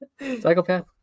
Psychopath